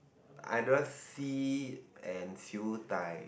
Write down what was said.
either c and Siew-Dai